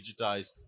digitize